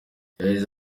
yagize